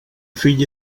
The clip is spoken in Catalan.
fill